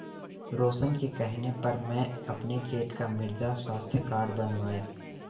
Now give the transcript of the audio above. रोशन के कहने पर मैं अपने खेत का मृदा स्वास्थ्य कार्ड बनवाया